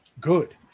good